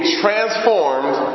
transformed